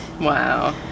Wow